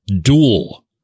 duel